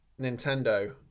Nintendo